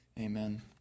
Amen